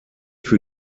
für